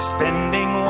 Spending